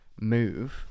move